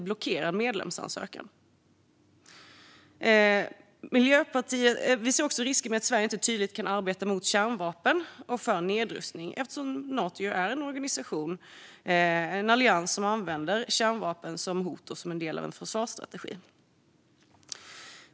Vi ser också risker med att Sverige inte tydligt kan arbeta mot kärnvapen och för nedrustning, eftersom Nato är en organisation och en allians som använder kärnvapen som hot och som en del av en försvarsstrategi.